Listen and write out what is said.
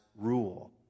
rule